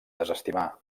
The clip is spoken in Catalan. desestimar